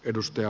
kiitos